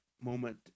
moment